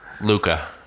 Luca